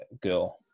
girl